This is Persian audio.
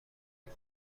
نمی